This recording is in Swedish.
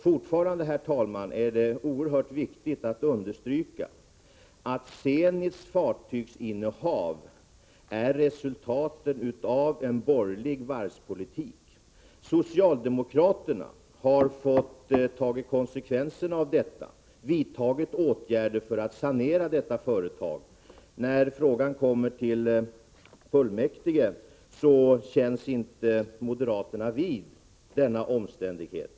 Fortfarande är det, herr talman, oerhört viktigt att understryka att Zenits fartygsinnehav är resultatet av en borgerlig varvspolitik. Socialdemokraterna har fått ta konsekvenserna av detta och vidtagit åtgärder för att sanera företaget. När frågan kommer till riksgäldsfullmäktige känns moderaterna inte vid denna omständighet.